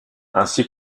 ainsi